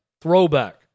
Throwback